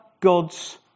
God's